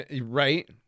Right